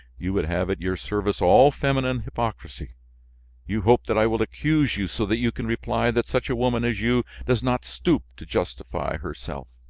you would have at your service all feminine hypocrisy you hope that i will accuse you, so that you can reply that such a woman as you does not stoop to justify herself.